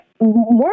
more